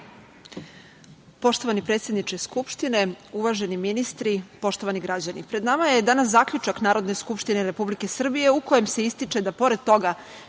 Poštovani predsedniče Skupštine, uvaženi ministri, poštovani građani, pred nama je danas Zaključak Narodne skupštine Republike Srbije u kojem se ističe da pored toga